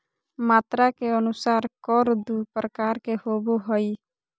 मात्रा के अनुसार कर दू प्रकार के होबो हइ